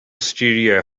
studio